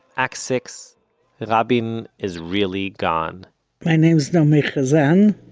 act six rabin is really gone my name is naomi chazan,